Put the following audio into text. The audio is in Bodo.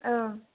औ